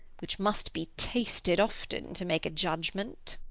which must be tasted often to make a judgment.